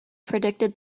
predicted